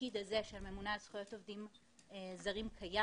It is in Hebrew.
שהתפקיד הזה של ממונה על זכויות עובדים זרים קיים,